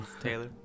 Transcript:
Taylor